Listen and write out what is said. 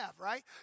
right